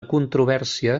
controvèrsia